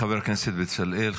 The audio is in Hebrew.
חבר הכנסת בצלאל,